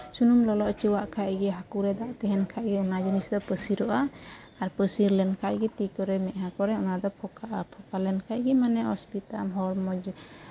ᱟᱨ ᱥᱩᱱᱩᱢ ᱞᱚᱞᱚ ᱦᱚᱪᱚ ᱟᱜ ᱠᱷᱟᱡ ᱜᱮ ᱦᱟᱹᱠᱩ ᱨᱮ ᱫᱟᱜ ᱛᱟᱦᱮᱱ ᱠᱷᱟᱡ ᱜᱮ ᱚᱱᱟ ᱡᱤᱱᱤᱥ ᱫᱚ ᱯᱟᱹᱥᱤᱨᱚᱜᱼᱟ ᱟᱨ ᱯᱟᱹᱥᱤᱨ ᱞᱮᱱ ᱠᱷᱟᱡ ᱜᱮ ᱛᱤ ᱠᱚᱨᱮ ᱢᱮᱫᱦᱟ ᱠᱚᱨᱮᱡ ᱚᱱᱟ ᱫᱚ ᱯᱷᱳᱠᱟᱜᱼᱟ ᱯᱷᱳᱠᱟ ᱞᱮᱱ ᱠᱷᱟᱡ ᱜᱮ ᱢᱟᱱᱮ ᱚᱥᱩᱵᱤᱫᱟᱜ ᱟᱢ ᱦᱚᱲᱢᱚ ᱢᱚᱡᱽ